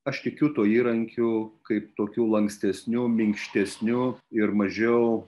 aš tikiu tuo įrankiu kaip tokiu lankstesniu minkštesniu ir mažiau